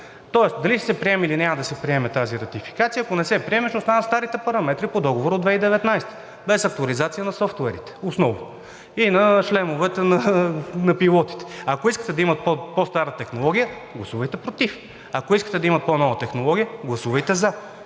Тоест дали ще се приеме, или няма да се приеме тази ратификация. Ако не се приеме, ще останат старите параметри по договора от 2019 г., без актуализация на софтуерите основно и на шлемовете на пилотите. Ако искате да има по-стара технология, гласувайте против. Ако искате да има по-нова технология, гласувайте за.